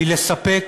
היא לספק